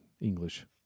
English